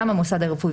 מוסדר,